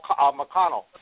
McConnell